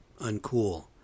uncool